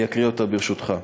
אני אקריא אותה, ברשותך: